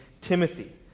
Timothy